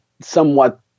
somewhat